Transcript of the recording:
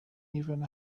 even